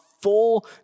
full